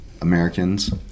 Americans